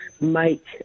make